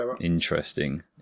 Interesting